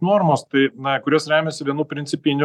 normos tai na kurios remiasi vienu principiniu